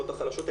בשכבות החלשות,